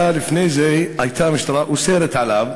לפני זה המשטרה הייתה אוסרת עליו,